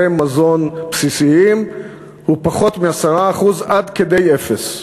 מזון בסיסיים הוא פחות מ-10% עד כדי אפס.